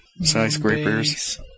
skyscrapers